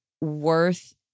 worth